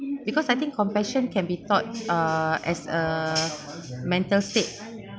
because I think compassion can be thought uh as a mental state